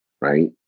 right